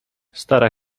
stara